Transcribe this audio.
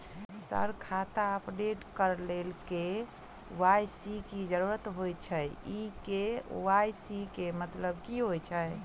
Sir खाता update करऽ लेल के.वाई.सी की जरुरत होइ छैय इ के.वाई.सी केँ मतलब की होइ छैय?